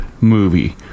movie